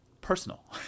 personal